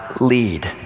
lead